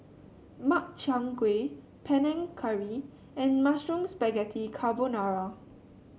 Makchang Gui Panang Curry and Mushroom Spaghetti Carbonara